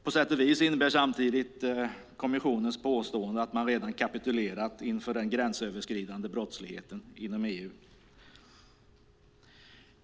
På sätt och vis innebär samtidigt kommissionens påstående att man redan har kapitulerat inför den gränsöverskridande brottsligheten i EU.